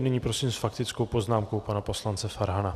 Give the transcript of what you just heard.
Nyní prosím s faktickou poznámkou pana poslance Farhana.